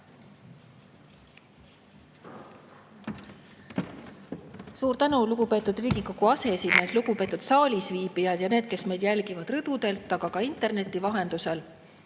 Suur tänu, lugupeetud Riigikogu aseesimees! Lugupeetud saalis viibijad ja need, kes meid jälgivad rõdudelt, aga ka interneti vahendusel!